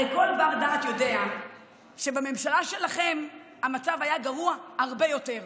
הרי כל בר-דעת יודע שבממשלה שלכם המצב היה גרוע הרבה יותר.